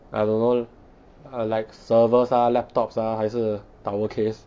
I don't know err like servers ah laptops ah 还是 tower case